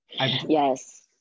Yes